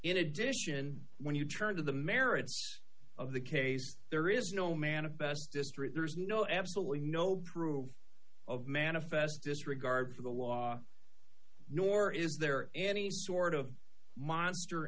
in addition when you turn to the merits of the case there is no manifest distrait there's no absolutely no proof of manifest disregard for the law nor is there any sort of monster